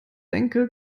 denke